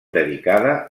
dedicada